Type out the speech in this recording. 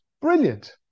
brilliant